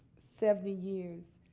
seventy years.